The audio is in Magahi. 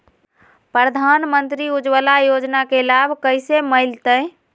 प्रधानमंत्री उज्वला योजना के लाभ कैसे मैलतैय?